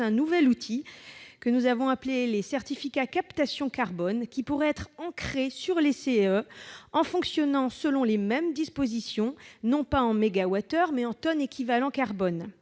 un nouvel outil, que nous avons appelé « certificat captation carbone », qui pourrait être ancré sur les CEE et qui fonctionnerait selon les mêmes dispositions, non en mégawattheures mais en tonnes équivalent carbone.